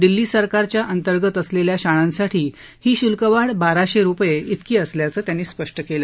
दिल्ली सरकारच्या अंतर्गत असलेल्या शाळांसाठी ही शुल्कवाढ बाराशे रुपये इतकी असल्याचं त्यांनी स्पष्ट केलं